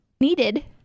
needed